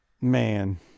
man